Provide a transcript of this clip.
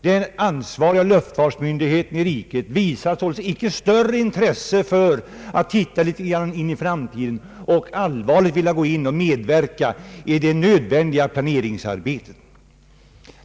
Den ansvariga Jluftsfartsmyndigheten i riket visade således inte något större intresse för att söka titta in i framtiden och för att allvarligt vilja medverka till det nödvändiga planeringsarbetet.